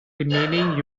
remaining